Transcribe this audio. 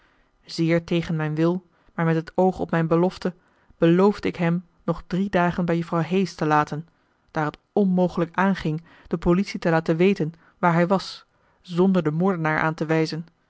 zeer tegen mijn wil maar met het oog op mijn belofte beloofde ik hem nog drie dagen bij juffrouw hayes te laten daar het onmogelijk aanging de politie te laten weten waar hij was zonder den moordenaar aan te wijzen